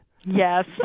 Yes